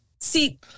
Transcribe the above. See